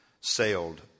sailed